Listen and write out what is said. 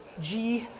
g,